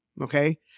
okay